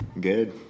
Good